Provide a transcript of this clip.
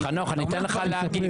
אלקין, תתכנס,